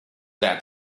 that